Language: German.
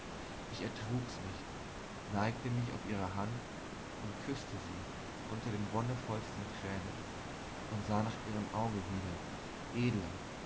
ich ertrug's nicht neigte mich auf ihre hand und küßte sie unter den wonnevollsten tränen und sah nach ihrem auge wieder edler